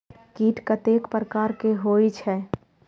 कीट कतेक प्रकार के होई छै?